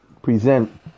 Present